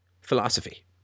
philosophy